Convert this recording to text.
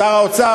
שר האוצר,